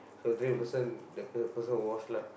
so tray person the person will wash like